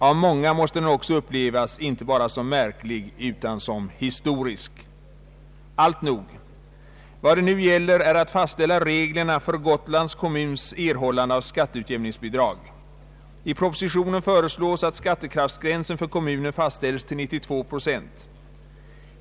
Av många måste den också upplevas inte bara som märklig utan som historisk. Alltnog. Vad det nu gäller är att fastställa reglerna för Gotlands kommuns erhållande av skatteutjämningsbidrag. I propositionen föreslås att skattekraftsgränsen för kommunen fastställes till 92 procent.